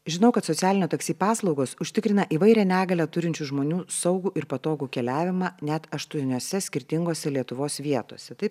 žinau kad socialinio taksi paslaugos užtikrina įvairią negalią turinčių žmonių saugų ir patogų keliavimą net aštuoniose skirtingose lietuvos vietose taip